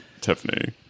Tiffany